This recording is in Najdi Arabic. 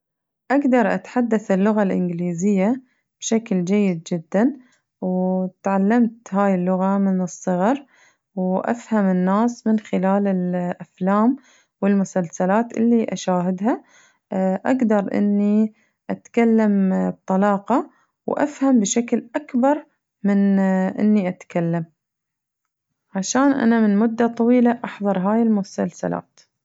أقدر أتحدث اللغة الإنجليزية بشكل جيد جداً وتعلمت هاي اللغة من الصغر وأفهم الناس من خلال الأفلام والمسلسلات اللي أشاهدها أقدر أني أتكلم بطلاقة وأفهم بشكل أكبر من أني أتكلم عشان أنا من مدة طويلة أحضر هاي المسلسلات.